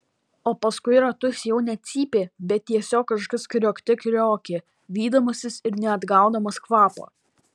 o paskui ratus jau ne cypė bet tiesiog kažkas kriokte kriokė vydamasis ir neatgaudamas kvapo